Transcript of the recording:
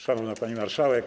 Szanowna Pani Marszałek!